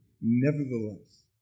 nevertheless